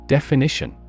Definition